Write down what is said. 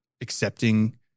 accepting